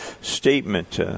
statement